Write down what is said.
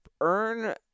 earn